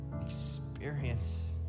experience